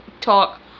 talk